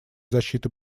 защиты